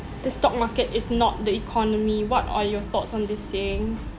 the stock market is not the economy what are your thoughts on this saying